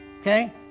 Okay